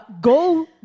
go